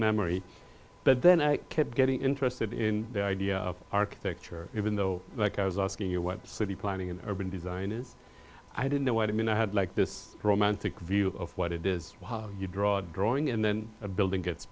memory but then i kept getting interested in the idea of architecture even though like i was asking what city planning an urban design is i didn't know what i mean i had like this romantic view of what it is you draw drawing and then a building gets